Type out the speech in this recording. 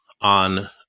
on